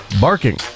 barking